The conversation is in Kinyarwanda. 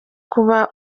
kuba